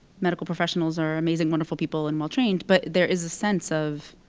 medical professionals are amazing, wonderful people and well-trained. but there is a sense of